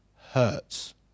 hurts